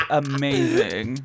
amazing